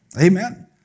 Amen